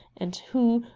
and who,